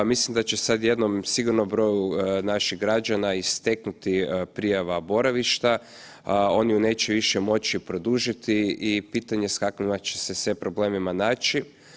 Mislim da će sad jednom sigurno broju naših građana isteknuti prijava boravišta, oni ju neće više moći produžiti i pitanje je s kakvima će se sve problemima naći.